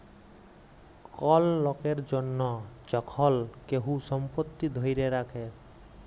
call লকের জনহ যখল কেহু সম্পত্তি ধ্যরে রাখে